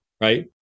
right